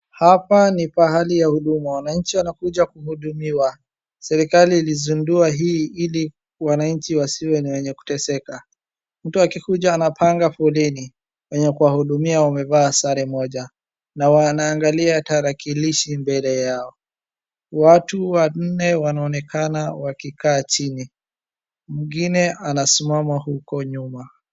Hapa ni pahali ya huduma, wananchi wanakuja kuhudumiwa. Serikali ilizindua hii ili wanachi wasiwe ni wenye kuteseka. Mtu akija anapanga foleni, wenye kuwahudumia wamevaa sare moja na wanaangalia tarakilishi mbele yao. Watu wanne wanaonekana wakikaa chini, mwingine anasimama huko nyuma.